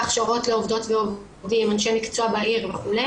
והכשרות לעובדות ועובדים אנשי מקצוע בעיר וכו'.